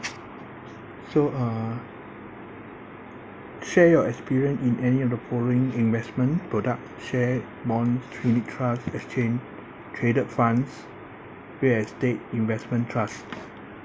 so uh share your experience in any of the following investment product shares bonds unit trusts exchange traded funds real estate investment trust